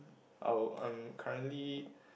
I would I'm currently